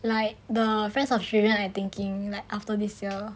like the friends of children I'm thinking like after this year